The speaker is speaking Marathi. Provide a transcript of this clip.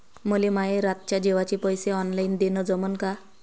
मले माये रातच्या जेवाचे पैसे ऑनलाईन देणं जमन का?